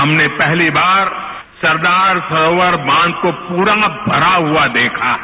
हमने पहली बार सरदार सरोवर बांध को पूरा भरा हुआ देखा है